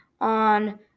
on